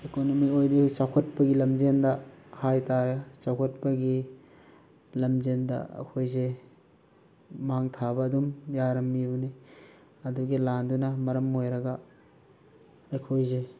economy ꯑꯣꯏꯔꯣ ꯆꯥꯎꯈꯠꯄꯒꯤ ꯂꯝꯖꯦꯟꯗ ꯍꯥꯏ ꯇꯥꯔꯦ ꯆꯥꯎꯈꯠꯄꯒꯤ ꯂꯝꯖꯦꯟꯗ ꯑꯩꯈꯣꯏꯁꯦ ꯃꯥꯡ ꯊꯥꯕ ꯑꯗꯨꯝ ꯌꯥꯔꯝꯃꯤꯕꯅꯤ ꯑꯗꯨꯒꯤ ꯂꯥꯟꯗꯨꯅ ꯃꯔꯝ ꯑꯣꯏꯔꯒ ꯑꯩꯈꯣꯏꯁꯦ